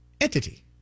entity